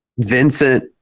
Vincent